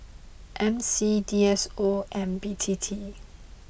M C D S O and B T T